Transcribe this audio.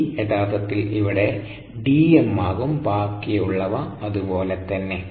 D യഥാർത്ഥത്തിൽ ഇവിടെ Dm ആകും ബാക്കിയുള്ളവ അതുപോലെ തന്നെ